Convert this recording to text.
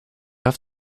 have